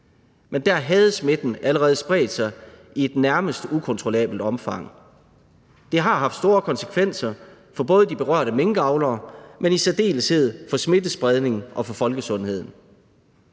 men der havde smitten allerede spredt sig i et nærmest ukontrollabelt omfang. Det har haft store konsekvenser for både de berørte minkavlere, men i særdeleshed for smittespredningen og for folkesundheden.